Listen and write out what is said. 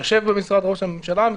יושב במשרד ראש הממשלה.